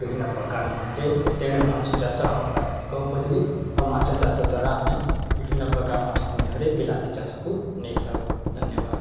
ବିଭିନ୍ନ ପ୍ରକାର ନିଆଯାଏ ତେଣୁ ମାଛ ଚାଷ ଆମ ପାଇଁ ଅଧିକ ଉପଯୋଗୀ ଏବଂ ମାଛ ଚାଷ ଦ୍ୱାରା ଆମେ ବିଭିନ୍ନ ପ୍ରକାର ମାଛ ମଧ୍ୟରେ ବିଲାତି ଚାଷକୁ ନେଇଥାଉ ଧନ୍ୟବାଦ